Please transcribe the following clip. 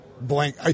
blank